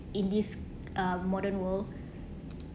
in these uh modern world